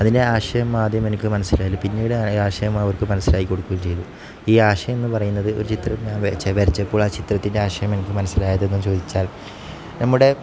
അതിൻ്റെ ആശയം ആദ്യം എനിക്ക് മനസ്സിലായി പിന്നീട് ആശയം അവർക്ക് മനസ്സിലാക്കി കൊടുക്കുകയും ചെയ്ത് ഈ ആശയംന്ന് പറയുന്നത് ഒരു ചിത്രം ഞാൻ വരച്ച് വരച്ചപ്പോൾ ആ ചിത്രത്തിൻ്റെ ആശയം എനിക്ക് മനസ്സിലായതെന്നു ചോദിച്ചാൽ നമ്മുടെ